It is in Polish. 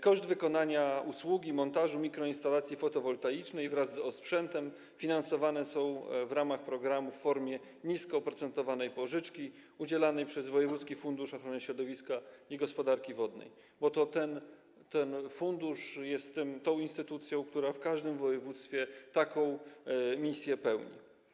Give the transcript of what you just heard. Koszty wykonania usługi montażu mikroinstalacji fotowoltaicznej wraz z osprzętem są finansowane w ramach programu w formie niskooprocentowanej pożyczki udzielanej przez wojewódzki fundusz ochrony środowiska i gospodarki wodnej, bo to ten fundusz jest tą instytucją, która w każdym województwie taką misję pełni.